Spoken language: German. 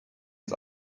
ins